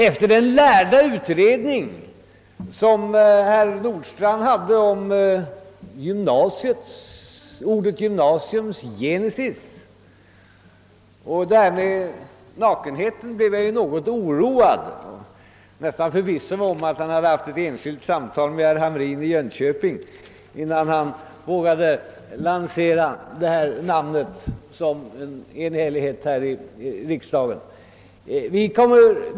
Efter den lärda utredning herr Nordstrandh gjorde om ordet gymnasiums genesis och dess nakenhet blev jag något oroad. Jag var nästan förvissad om att han haft ett enskilt samtal med herr Hamrin i Jönköping innan han vågade lansera det här namnet som om det hade en enhällig riksdag bakom sig.